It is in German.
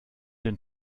den